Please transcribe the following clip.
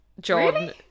John